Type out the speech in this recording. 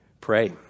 pray